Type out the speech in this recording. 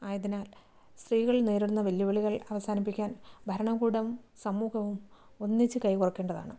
ആയതിനാൽ സ്ത്രീകൾ നേരിടുന്ന വെല്ലുവിളികൾ അവസാനിപ്പിക്കാൻ ഭരണകൂടവും സമൂഹവും ഒന്നിച്ച് കൈ കോർക്കേണ്ടതാണ്